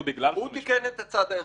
הוא תיקן את הצד האחד,